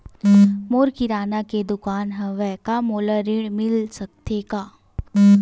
मोर किराना के दुकान हवय का मोला ऋण मिल सकथे का?